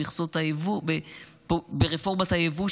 ברפורמת היבוא,